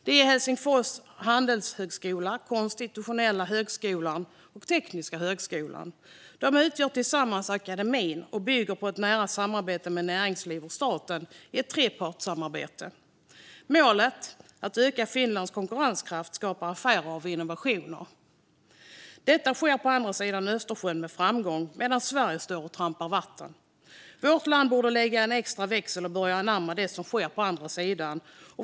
Det är Helsingfors handelshögskola, Konstindustriella högskolan och Tekniska högskolan. De utgör tillsammans akademin, och den bygger på ett nära samarbete med näringslivet och staten i ett trepartssamarbete. Målet är att öka Finlands konkurrenskraft och skapa affärer av innovationer. Detta sker på andra sidan Östersjön med framgång, medan Sverige står och stampar. Vårt land borde lägga in en extra växel och börja anamma det som sker på andra sidan.